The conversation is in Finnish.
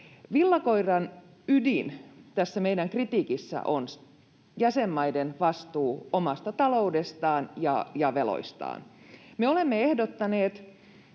Villakoiran ydin tässä meidän kritiikissämme on jäsenmaiden vastuu omasta taloudestaan ja veloistaan. Me olemme ehdottaneet